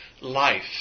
life